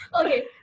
Okay